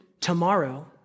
tomorrow